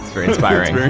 very inspiring